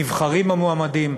נבחרים המועמדים,